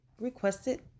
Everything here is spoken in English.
requested